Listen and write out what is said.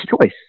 choice